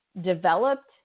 developed